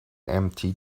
empty